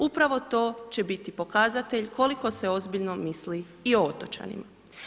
Upravo to će biti pokazatelj koliko se ozbiljno misli i o otočanima.